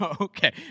okay